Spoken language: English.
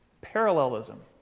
Parallelism